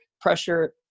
pressure